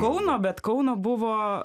kauno bet kauno buvo